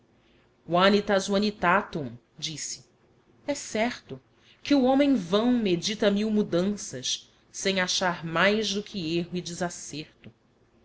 sacrario vanitas vanitatum disse é certo que o homem vão medita mil mudanças sem achar mais do que erro e desacerto